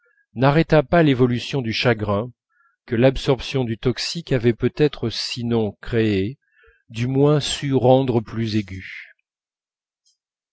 n'arrêta pas l'évolution de chagrin que l'absorption du toxique avait peut-être sinon créé du moins su rendre plus aigu